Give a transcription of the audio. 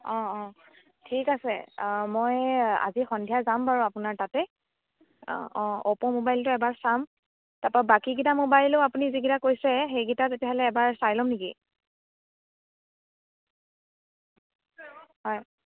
অ' অ' ঠিক আছে মই আজি সন্ধিয়া যাম বাৰু আপোনাৰ তাতে অ' অপ' মোবাইলটো এবাৰ চাম তাপা বাকীকিটা মোবাইলো আপুনি যিকেইটা কৈছে সেইকিটা তেতিয়াহ'লে এবাৰ চাই ল'ম নেকি হয়